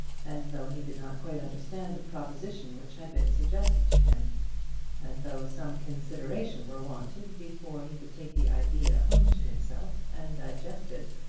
as though he did not quite understand the proposition which had been suggested to him as though some consideration were wanted before he could take the idea home to himself and digest it,